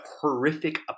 horrific